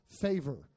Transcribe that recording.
favor